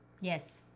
Yes